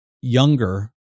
younger